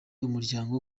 umuryango